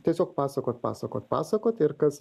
tiesiog pasakot pasakot pasakot ir kas